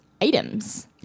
items